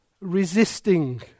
resisting